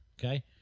Okay